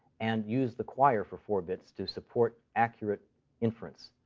and use the quire for four bits to support accurate inference.